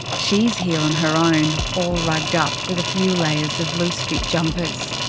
she's here on her own, all rugged up, with a few layers of loose fit jumpers.